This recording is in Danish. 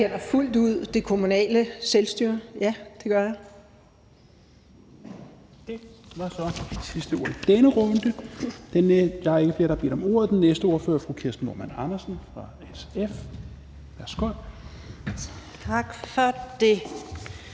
Det var så det sidste ord i denne runde. Der er ikke flere, der har bedt om ordet. Den næste ordfører er fru Kirsten Normann Andersen fra SF. Værsgo. Kl.